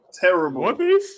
terrible